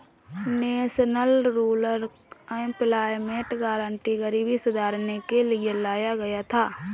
national rural employment guarantee गरीबी सुधारने के लिए लाया गया था